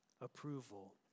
Approval